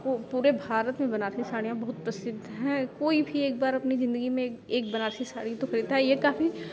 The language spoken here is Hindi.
पूरे भारत में बनारसी साड़ियाँ बहुत प्रसिद्ध हैं कोई भी एक बार अपनी ज़िन्दगी में एक बनारसी साड़ी तो खरीदता ही है यह काफी